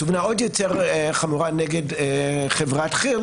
תובענה עוד יותר חמורה נגד חברת כי"ל